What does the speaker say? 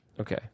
Okay